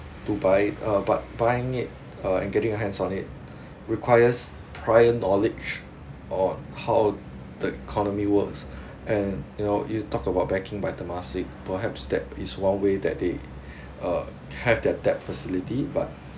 to buy uh but buying it uh and getting your hands on it requires prior knowledge on how the economy works and you know you talk about backing by temasek perhaps that is one way that they uh can their debt facility but